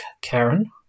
Karen